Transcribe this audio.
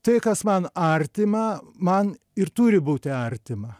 tai kas man artima man ir turi būti artima